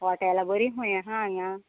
हॉटेलां बरी खूंय हा हांगा